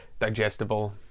digestible